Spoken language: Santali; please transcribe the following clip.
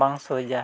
ᱵᱟᱝ ᱥᱚᱦᱚᱡᱟ